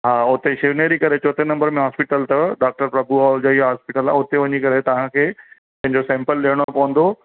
हा हुते शिवनरी करे चोथे नंबर में हॉस्पिटल अथव डॉक्टर प्रभु आहुजा जी हॉस्पिटल आहे हुते वञी करे तव्हांखे पंहिंजो सैंपल ॾियणो पवंदो